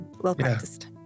Well-practiced